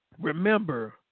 remember